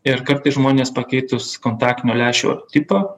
ir kartais žmonės pakeitus kontaktinio lęšio tipą